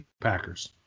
Packers